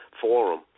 forum